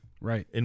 Right